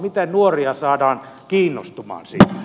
miten nuoria saadaan kiinnostumaan siitä